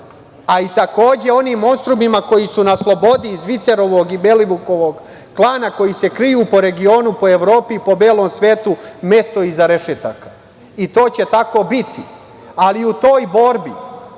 a i takođe onim monstrumima koji su na slobodi iz Zvicerovog i Belivukovog klana koji se kriju po regionu, po Evropi, po belom svetu, mesto iza rešetaka. I to će tako biti. U toj borbi